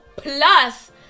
Plus